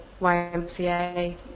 YMCA